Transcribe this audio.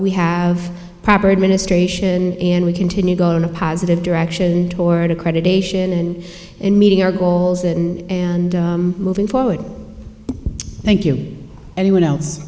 we have proper administration and we continue go in a positive direction toward accreditation and in meeting our goals and and moving forward thank you anyone else